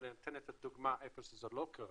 אבל אני אתן את הדוגמה איפה זה לא קרה,